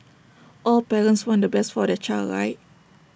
all parents want the best for their child right